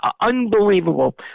Unbelievable